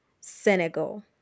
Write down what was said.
Senegal